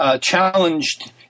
challenged